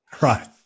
right